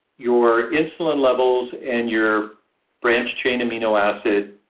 your insulin levels and your branched-chain amino acid,